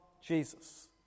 Jesus